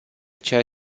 ceea